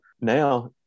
now